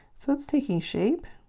so it's taking shape